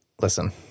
Listen